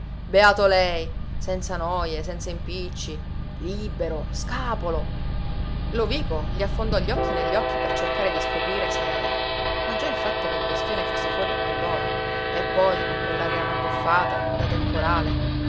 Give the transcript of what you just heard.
beato lei senza noje senza impicci libero scapolo lovico gli affondò gli occhi negli occhi per cercare di scoprire se ma già il fatto che il bestione fosse fuori a quell'ora e poi con quell'aria rabbuffata da temporale